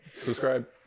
subscribe